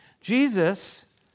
Jesus